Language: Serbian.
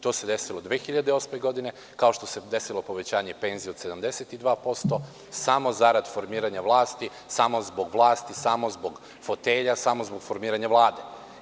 To se desilo 2008. godine, kao što se desilo i povećanje penzija od 72%, a samo zarad formiranja vlasti, samo zbog fotelja, zbog formiranja Vlade.